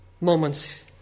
Moments